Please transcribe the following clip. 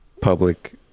public